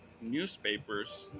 newspapers